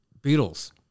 Beatles